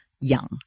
young